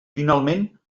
finalment